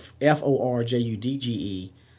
F-O-R-J-U-D-G-E